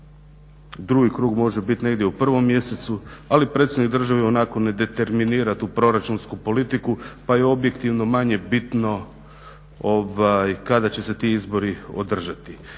drugi krug može biti negdje u 1. mjesecu ali predsjednik države ionako ne determinira tu proračunsku politiku pa je objektivno manje bitno kada će se ti izbori održati.